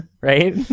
Right